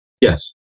Yes